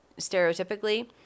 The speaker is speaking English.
stereotypically